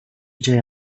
dzieje